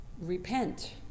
repent